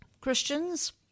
Christians